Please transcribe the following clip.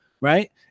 right